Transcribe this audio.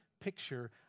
picture